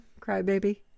crybaby